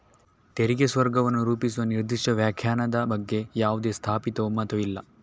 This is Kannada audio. ತೆರಿಗೆ ಸ್ವರ್ಗವನ್ನು ರೂಪಿಸುವ ನಿರ್ದಿಷ್ಟ ವ್ಯಾಖ್ಯಾನದ ಬಗ್ಗೆ ಯಾವುದೇ ಸ್ಥಾಪಿತ ಒಮ್ಮತವಿಲ್ಲ